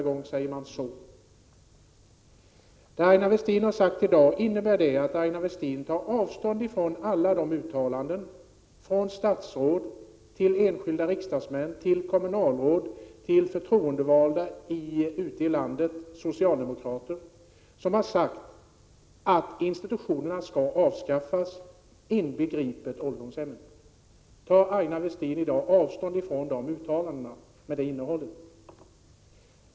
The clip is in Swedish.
Jag vill fråga: Det Aina Westin har sagt i dag, innebär det att Aina Westin tar avstånd från alla de uttalanden från statsråd och från enskilda socialdemokratiska riksdagsmän, kommunalråd och förtroendevalda ute i landet om att institutionerna, inbegripet ålderdomshemmen, skall avskaffas? Tar Aina Westin i dag avstånd från uttalandena med sådant innehåll?